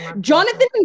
Jonathan